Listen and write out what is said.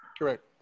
Correct